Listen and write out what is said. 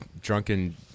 drunken